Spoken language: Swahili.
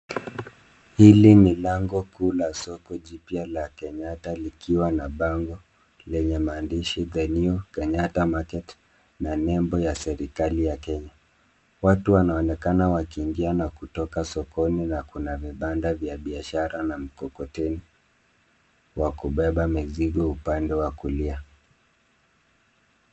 Hili ni lango kuu la soko jipwa la Kenyatta, likiwa na bango lenye maandishi (cs)THE NEW KENYATTA MARKET(cs) na nembo ya serikali ya Kenya. Watu wanaonekana wakiingia na kutoka sokoni na kuna vibanda vya biashara na mkokoteni wa kubeba mizigo upande wa kulia.